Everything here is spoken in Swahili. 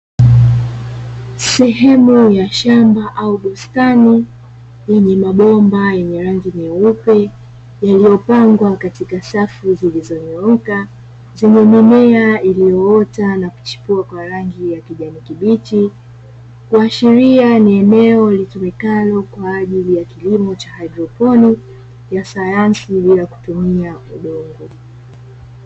Sehemu ya shamba au bustani, yenye mabomba yenye rangi nyeupe yaliyopangwa katika safu zilizonyooka, zenye mimea iliyoota na kuchipua kwa rangi ya kijani kibichi, kuashiria ni eneo litumikalo kwa ajili ya kilimo cha haidroponi, ya sayansi bila ya kutumia udongo.